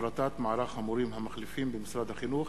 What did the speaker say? הפרטת מערך המורים המחליפים במשרד החינוך,